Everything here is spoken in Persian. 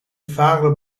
فقر